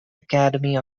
academy